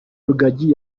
rugagi